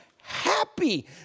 happy